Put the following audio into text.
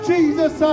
Jesus